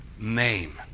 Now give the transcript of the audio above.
name